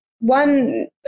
one